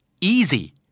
easy